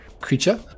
creature